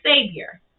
Savior